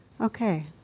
Okay